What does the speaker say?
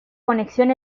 conexión